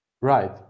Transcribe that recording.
right